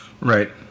Right